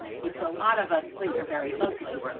which a lot of us think are very ugly.